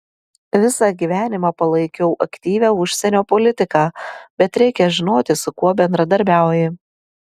visą gyvenimą palaikiau aktyvią užsienio politiką bet reikia žinoti su kuo bendradarbiauji